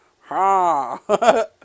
Ha